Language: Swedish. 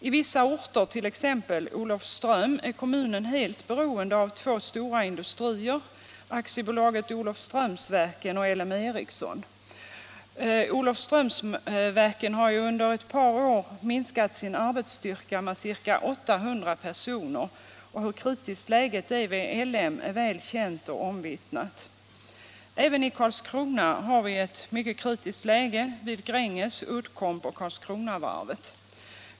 I vissa orter, t.ex. Olofström, är kommunen helt beroende av två stora industrier, AB Olofströmsverken och LM Ericsson. Olofströmsverken har ju under ett par år minskat sin arbetsstyrka med ca 800 personer, och hur kritiskt läget är vid LM är väl känt och omvittnat. Även i Karlskrona är läget mycket kritiskt, vid Gränges, Uddcomb och Karlskronavarvet.